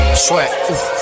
Sweat